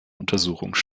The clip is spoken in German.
untersuchungen